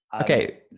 Okay